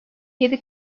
yedi